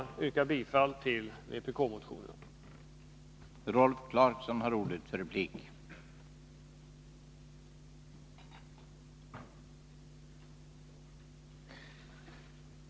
Jag yrkar bifall till vpk-motionerna 1841, 2170 och 1615.